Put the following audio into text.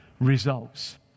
results